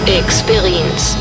experience